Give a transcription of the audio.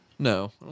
No